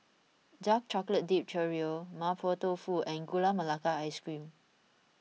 Dark Chocolate Dipped Churro Mapo Tofu and Gula Melaka Ice Cream